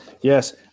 Yes